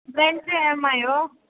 brand चाहिँ MI हो